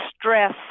stress